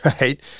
right